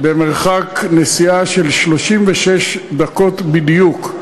במרחק נסיעה של 36 דקות בדיוק